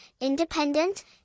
independent